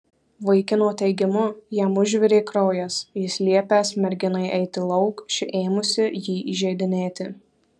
vaikino teigimu jam užvirė kraujas jis liepęs merginai eiti lauk ši ėmusi jį įžeidinėti